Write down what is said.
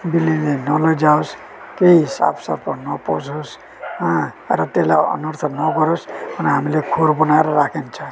बिल्लीले नलैजाओस् केही साँप सर्प नपसोस र त्यसलाई अनर्थ नगरोस् भनेर हामीले खोर बनाएर राखिन्छ